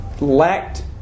lacked